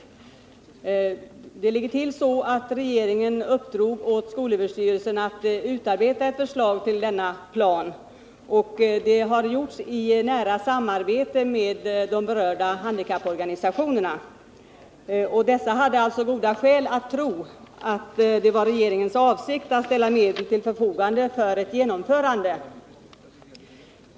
Det ligger så till att regeringen har uppdragit åt SÖ att utarbeta ett förslag till denna plan. Det har också gjorts i nära samarbete med de berörda handikapporganisationerna. Dessa hade alltså goda skäl att tro att det var regeringens avsikt att ställa medel till förfogande för ett genomförande.